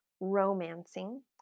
romancing